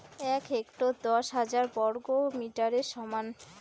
এক হেক্টর দশ হাজার বর্গমিটারের সমান